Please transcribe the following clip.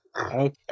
Okay